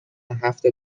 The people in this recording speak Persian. هفت